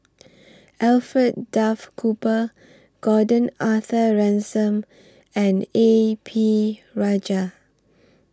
Alfred Duff Cooper Gordon Arthur Ransome and A P Rajah